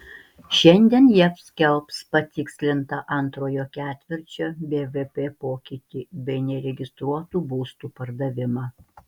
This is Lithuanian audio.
šiandien jav skelbs patikslintą antrojo ketvirčio bvp pokytį bei neregistruotų būstų pardavimą